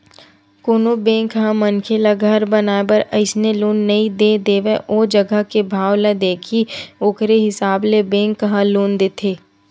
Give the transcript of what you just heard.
कोनो बेंक ह मनखे ल घर बनाए बर अइसने लोन नइ दे देवय ओ जघा के भाव ल देखही ओखरे हिसाब ले बेंक ह लोन देथे